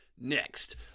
Next